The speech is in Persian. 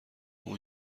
اون